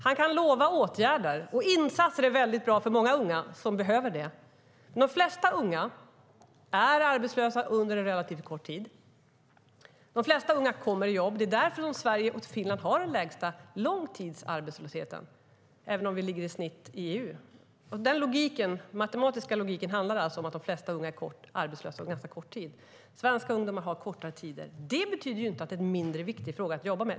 Han kan lova åtgärder och insatser, som är mycket bra för många unga som behöver det. Men de flesta unga är arbetslösa under en relativt kort tid. De flesta unga kommer i jobb. Det är därför Sverige och Finland har den lägsta långtidsarbetslösheten, även om vi ligger i snitt med EU. Den matematiska logiken handlar alltså om att de flesta unga är arbetslösa ganska kort tid. Svenska ungdomar har kortare tider. Men det betyder inte att det är en mindre viktig fråga att jobba med.